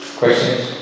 questions